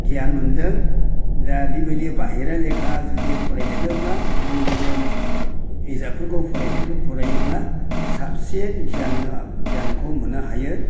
गियान मोनदों दा बेबायदि बाहेरा लेखा जुदि फरायदेरोब्ला गुबुन गुबुन बिजाबफोरखौ फरायोब्ला साबसिन गियानखौ मोननो हायो